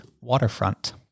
waterfront